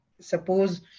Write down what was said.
Suppose